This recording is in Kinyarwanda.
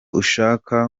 ushaka